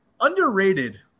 Underrated